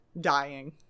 dying